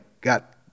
got